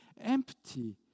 empty